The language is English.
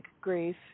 grief